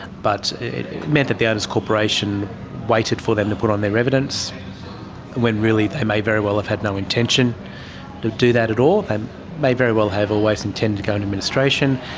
but it meant that the owners' corporation waited for them to put on their evidence when really they may very well have had no intention to do that at all and may very well have always intended to go into administration.